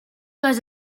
les